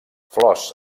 flors